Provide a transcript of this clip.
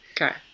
Okay